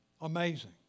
Amazing